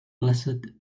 blessed